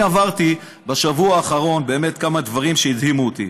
אני עברתי בשבוע האחרון באמת כמה דברים שהדהימו אותי.